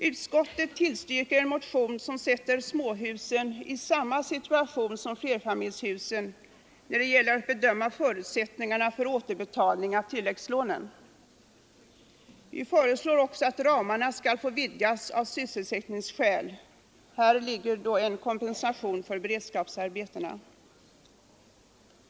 Utskottet tillstyrker en motion som sätter småhusen i samma situation som flerfamiljshusen när det gäller att bedöma förutsättningarna för återbetalning av tilläggslånen. Vi föreslår också att ramarna skall få vidgas av sysselsättningsskäl — där ligger en kompensation för beredskapsarbetena.